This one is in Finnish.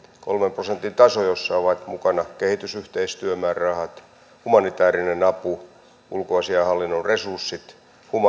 kolmen prosentin taso jossa ovat mukana kehitysyhteistyömäärärahat humanitäärinen apu ulkoasiainhallinnon resurssit